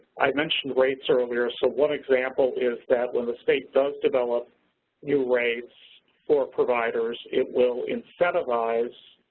i mentioned rates earlier, so one example is that when the state does develop new rates for providers, it will incentivize